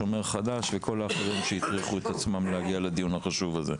של ׳השומר החדש׳ ושל כל האחרים שהטריחו את עצמם והגיעו לדיון החשוב הזה.